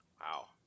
Wow